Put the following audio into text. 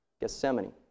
Gethsemane